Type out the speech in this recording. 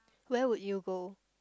where would you go